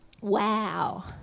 Wow